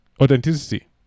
Authenticity